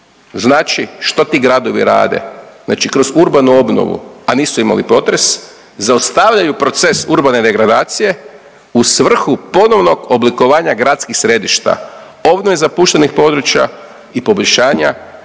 Znači što ti gradovi rade? Znači kroz urbanu obnovu, a nisu imali potres, zaustavljaju proces urbane degradacije u svrhu ponovnog oblikovanja gradskih središta, obnove zapuštenih područja i poboljšanja